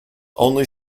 only